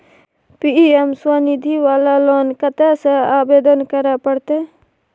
PM Svanidhi वाला loan कत्ते से आवेदन करे परतै?